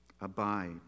Abide